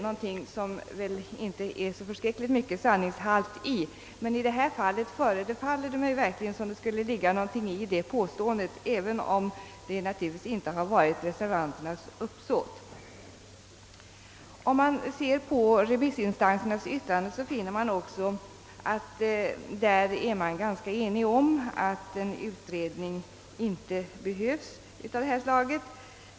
Det ligger väl inte så mycket sanningshalt i detta påstående, men i detta fall förefaller det mig verkligen som om det skulle ligga något däri, även om det naturligtvis inte varit reservanternas uppsåt. Om man ser på remissinstansernas yttranden, finner man att det föreligger ganska stor enighet om att en utredning av detta slag inte behövs.